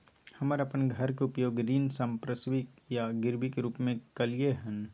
हम अपन घर के उपयोग ऋण संपार्श्विक या गिरवी के रूप में कलियै हन